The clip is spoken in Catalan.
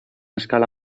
escala